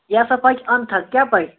یہِ ہَسا پَکہِ اَنٛد تھکھ کیٛاہ پَکہِ